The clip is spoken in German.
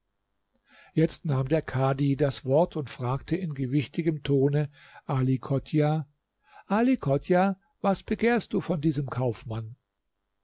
jetzt nahm der kadhi das wort und fragte in gewichtigem tone ali chodjah ali chodjah was begehrst du von diesem kaufmann